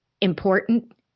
important